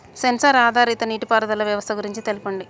Censor ఆధారిత నీటిపారుదల వ్యవస్థ గురించి తెల్పండి?